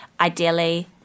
ideally